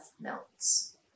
melts